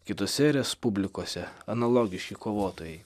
kitose respublikose analogiški kovotojai